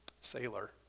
sailor